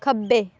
ਖੱਬੇ